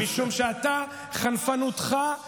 אני חושב, ובכן,